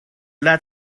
that